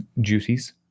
duties